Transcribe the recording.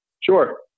Sure